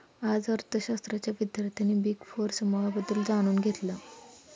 आज अर्थशास्त्राच्या विद्यार्थ्यांनी बिग फोर समूहाबद्दल जाणून घेतलं